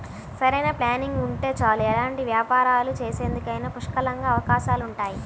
సరైన ప్లానింగ్ ఉంటే చాలు ఎలాంటి వ్యాపారాలు చేసేందుకైనా పుష్కలంగా అవకాశాలుంటాయి